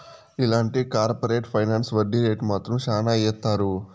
ఇలాంటి corporate finance వడ్డీ rate మాత్రం శ్యానా ఏత్తారు